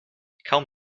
kaum